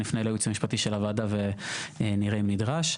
נפנה לייעוץ המשפטי של הוועדה ונראה אם נידרש.